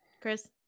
Chris